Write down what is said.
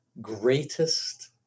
greatest